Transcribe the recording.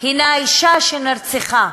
הוא אישה שנרצחה,